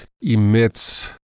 emits